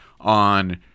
on